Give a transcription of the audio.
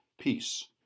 peace